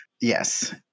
Yes